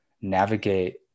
navigate